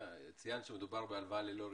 ציינת שמדובר בהלוואה ללא ריבית.